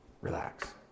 relax